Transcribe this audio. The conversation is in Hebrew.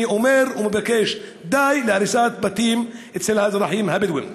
אני אומר ומבקש: די להריסת בתים אצל האזרחים הבדואים.